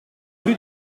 rue